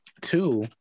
Two